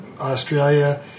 Australia